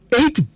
eight